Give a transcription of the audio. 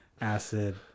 acid